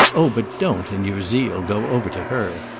oh but don't, in your zeal, go over to her!